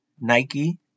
Nike